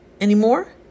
anymore